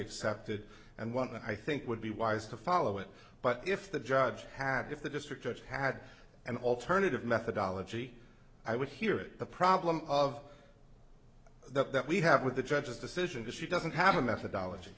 accepted and one that i think would be wise to follow it but if the judge had if the district judge had an alternative methodology i would hear it the problem of that that we have with the judge's decision does she doesn't have a methodology